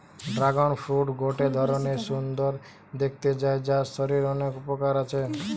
dragon fruit গটে ধরণের সুন্দর দেখতে ফল যার শরীরের অনেক উপকার আছে